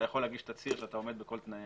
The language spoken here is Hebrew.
אתה יכול להגיש תצהיר שאתה עומד בכל תנאי